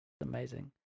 Amazing